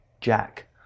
jack